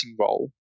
role